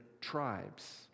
tribes